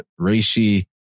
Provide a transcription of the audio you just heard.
reishi